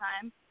time